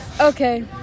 Okay